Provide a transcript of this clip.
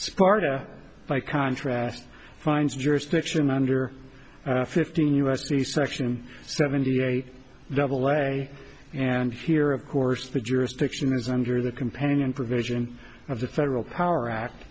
sparta by contrast finds jurisdiction under fifteen u s c section seventy eight double a and here of course the jurisdiction is under the companion provision of the federal power act